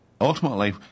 ultimately